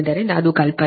ಆದ್ದರಿಂದ ಅದು ಕಲ್ಪನೆ